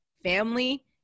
family